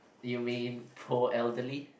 you mean poor elderly